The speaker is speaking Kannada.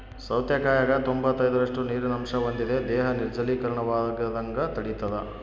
ಸೌತೆಕಾಯಾಗ ತೊಂಬತ್ತೈದರಷ್ಟು ನೀರಿನ ಅಂಶ ಹೊಂದಿದೆ ದೇಹ ನಿರ್ಜಲೀಕರಣವಾಗದಂಗ ತಡಿತಾದ